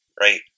right